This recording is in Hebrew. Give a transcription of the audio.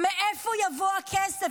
מאיפה יבוא הכסף?